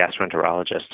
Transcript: gastroenterologist